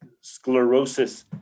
sclerosis